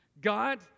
god